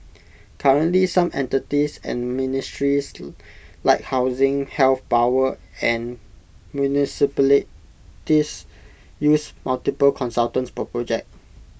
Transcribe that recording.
currently some entities and ministries like housing health power and municipalities use multiple consultants per project